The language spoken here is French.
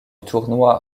tournoi